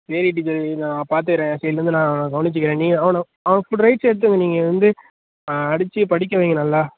சரி டீச்சர் நான் பார்த்துக்குறேன் சரி இனிமேல் நான் அவனை கவனிச்சிக்கிறேன் நீங்கள் அவனை அவனை ஃபுல் ரைட்ஸ் எடுத்துக்கோங்க நீங்கள் வந்து அடித்து படிக்க வைங்க நல்லா